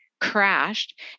crashed